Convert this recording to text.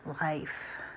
life